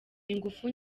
ingufu